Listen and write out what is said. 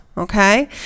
Okay